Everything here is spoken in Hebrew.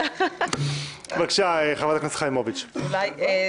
מיקי חיימוביץ' (יו"ר ועדת הפנים והגנת